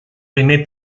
primer